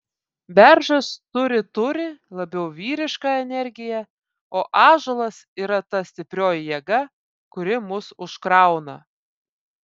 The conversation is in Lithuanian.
beržas turi turi labiau vyrišką energiją o ąžuolas yra ta stiprioji jėga kuri mus užkrauna